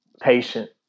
patient